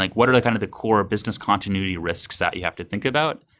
like what are the kind of the core business continuity risks that you have to think about?